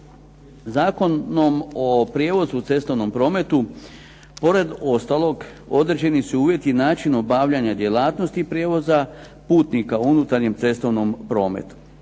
Zakonom o prijevozu u cestovnom prometu pored ostalog određeni su uvjeti i način obavljanja djelatnosti prijevoza putnika u unutarnjem cestovnom prometu.